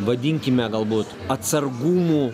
vadinkime galbūt atsargumų